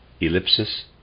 Ellipsis